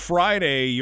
Friday